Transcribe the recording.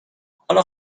حالا